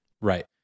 Right